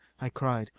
i cried.